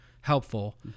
helpful